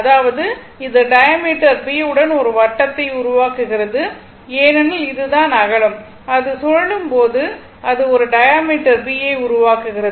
அதாவது இது diameter b உடன் ஒரு வட்டத்தை உருவாக்குகிறது ஏனெனில் இது தான் அகலம் அது சுழலும் போது அது ஒரு டயாமீட்டர் B ஐ உருவாக்குகிறது